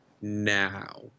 now